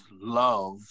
love